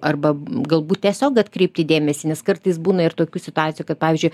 arba galbūt tiesiog atkreipti dėmesį nes kartais būna ir tokių situacijų kad pavyzdžiui